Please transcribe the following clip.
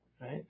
Right